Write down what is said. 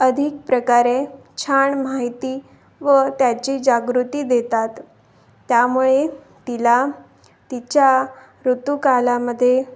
अधिक प्रकारे छान माहिती व त्याची जागृती देतात त्यामुळे तिला तिच्या ऋतूकालामध्ये